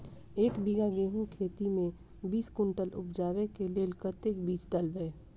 एक बीघा गेंहूँ खेती मे बीस कुनटल उपजाबै केँ लेल कतेक बीज डालबै?